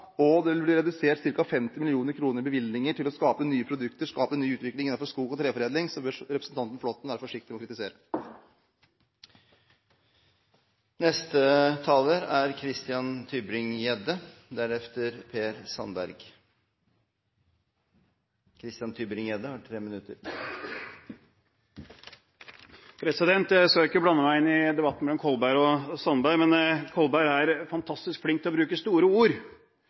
og det vil bli redusert med ca. 50 mill. kr i bevilgninger til å skape nye produkter og skape ny utvikling innenfor skog og treforedling, bør representanten Flåtten være forsiktig med å kritisere. Jeg skal ikke blande meg inn i debatten mellom Martin Kolberg og Per Sandberg, men Martin Kolberg er fantastisk flink til å bruke store ord.